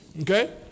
Okay